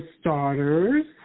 starters